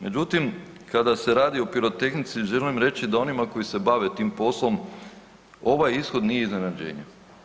Međutim, kada se radi o pirotehnici želim reći da onima koji se bave tim poslom ovaj ishod nije iznenađenje.